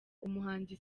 umuhanzi